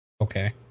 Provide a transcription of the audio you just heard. Okay